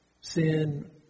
sin